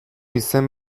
izen